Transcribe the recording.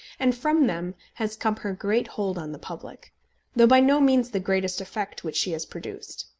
and from them has come her great hold on the public though by no means the greatest effect which she has produced.